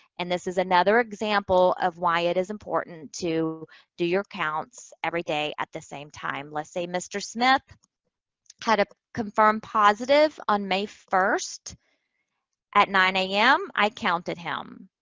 and this is another example of why it is important to do your counts every day at the same time. let's say mr. smith had a confirmed positive on may first at nine zero a m. i counted him.